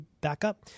backup